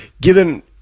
given